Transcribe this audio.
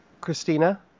Christina